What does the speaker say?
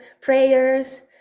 prayers